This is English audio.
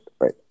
right